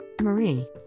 Marie